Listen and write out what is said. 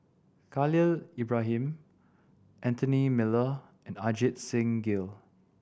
K halil Ibrahim Anthony Miller and Ajit Singh Gill